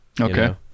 Okay